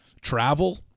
travel